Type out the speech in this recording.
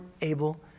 able